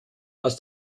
aus